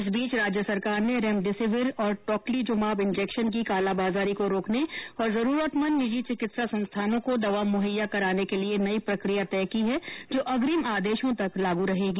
इस बीच राज्य सरकार ने रेमडेसिविर और टोक्लीजुमाब इंजेक्शन की कालाबाजारी को रोकने और जरूरतमंद निजी चिकित्सा संस्थानों को दवा मुहैया कराने के लिए नई प्रक्रिया तय की है जो अग्रिम आदेशों तक लागू रहेगी